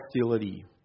hostility